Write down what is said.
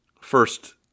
First